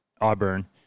Auburn